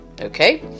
Okay